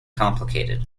complicated